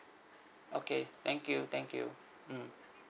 okay thank you thank you mm